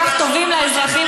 זה ה"מובן מאליו".